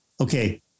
okay